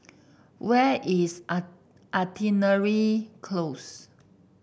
where is Artillery Close